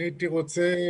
אני הייתי רוצה